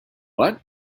what